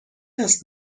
است